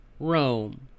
Rome